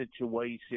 situation